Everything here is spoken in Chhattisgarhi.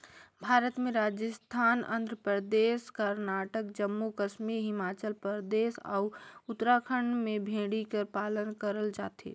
भारत में राजिस्थान, आंध्र परदेस, करनाटक, जम्मू कस्मी हिमाचल परदेस, अउ उत्तराखंड में भेड़ी कर पालन करल जाथे